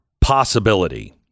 possibility